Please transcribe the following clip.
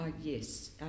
Yes